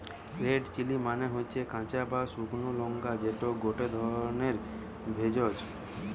red chili মানে হতিছে কাঁচা বা শুকলো লঙ্কা যেটা গটে ধরণের ভেষজ